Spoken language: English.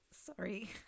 Sorry